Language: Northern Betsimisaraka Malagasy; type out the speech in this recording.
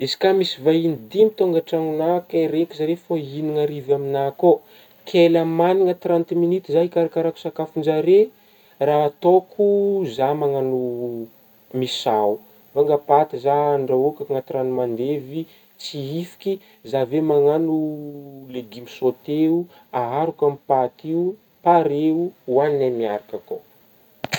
Izy ka misy vahigny dimy tônga an-tragnonà ke regniko zere fa hihinagna hariva aminah kô, ke la magnagna trente minute zah ikarakarako sakafon-jare raha ataoko zah managno misao, milônga paty zah andrahoko agnaty ragno mandevy tsihifiky zah avy eo managno legiomo sôteo ahariko amin'ny paty io pareo, hoanignay miaraka akao.